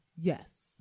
Yes